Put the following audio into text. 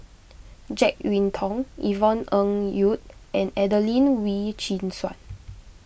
Jek Yeun Thong Yvonne Ng Uhde and Adelene Wee Chin Suan